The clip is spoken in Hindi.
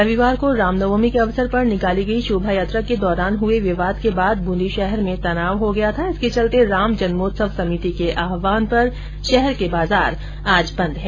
रविवार को रामनवमीं के अवसर पर निकाली गई शोभायात्रा के दौरान हुए विवाद के बाद बूंदी शहर में तनाव हो गया था इसके चलते राम जन्मोत्सव सभिति के आहवान पर शहर के बाजार आज बंद हैं